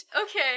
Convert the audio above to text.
Okay